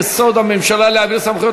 לחוק-יסוד: הממשלה על החלטתה להעביר סמכויות